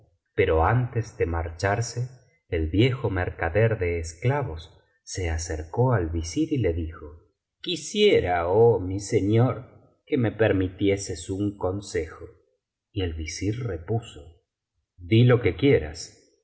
pero antes de marcharse el viejo mercader de esclavos se acercó al visir y le dijo quisiera oh mi señor que me permitieses un consejo y el visir repuso di lo que quieras